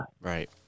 Right